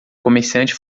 comerciante